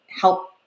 help